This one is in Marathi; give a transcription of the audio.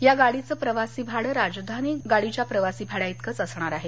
या गाडीचं प्रवासी भाडं राजधानी गाडीच्या प्रवासी भाड्याइतकं असणार आहे